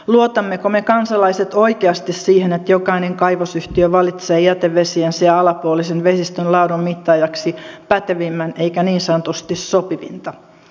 luotammeko me kansalaiset oikeasti siihen että jokainen kaivosyhtiö valitsee jätevesiensä ja alapuolisen vesistön laadun mittaajaksi pätevimmän eikä niin sanotusti sopivinta